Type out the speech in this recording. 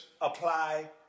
apply